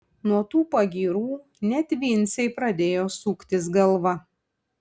nuo tų pagyrų net vincei pradėjo suktis galva